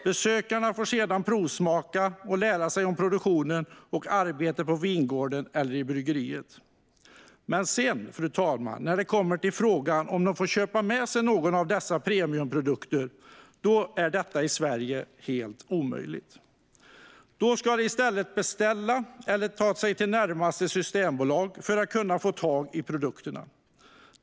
Besökarna får sedan provsmaka och lära sig om produktionen och arbetet på vingården eller i bryggeriet. Men sedan, fru talman, när det kommer till frågan om de får köpa med sig någon av dessa premiumprodukter är detta i Sverige helt omöjligt. Då ska de i stället beställa eller ta sig till närmaste systembolag för att kunna få tag i produkterna.